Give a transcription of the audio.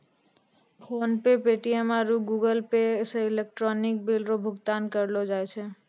PhonePe Paytm आरु Google Pay से electronic bill रो भुगतान करलो जाय छै